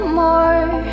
more